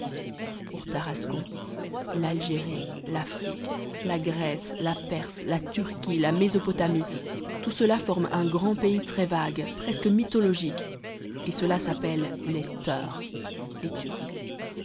pour tarascon l'algérie l'afrique la grèce la perse la turquie la mésopotamie tout cela forme un grand pays très vague presque mythologique et cela s'appelle les teurs